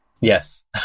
Yes